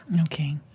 Okay